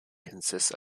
consists